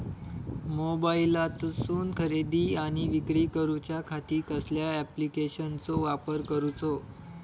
मोबाईलातसून खरेदी आणि विक्री करूच्या खाती कसल्या ॲप्लिकेशनाचो वापर करूचो?